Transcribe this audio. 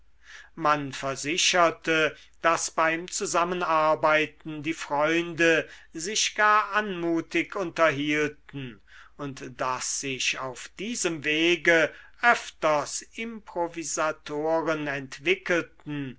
man versicherte daß beim zusammenarbeiten die freunde sich gar anmutig unterhielten und daß sich auf diesem wege öfters improvisatoren entwickelten